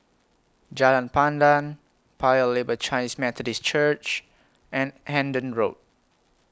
Jalan Pandan Paya Lebar Chinese Methodist Church and Hendon Road